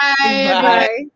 Bye